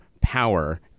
power